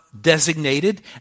designated